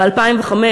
ב-2005,